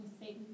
Satan